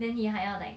then 你还要 like